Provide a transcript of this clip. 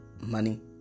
Money